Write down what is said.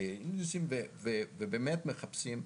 באינדקסים ובאמת מחפשים.